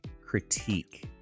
critique